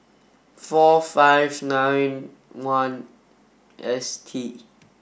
four five nine one S T